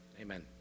Amen